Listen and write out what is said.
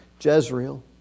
Jezreel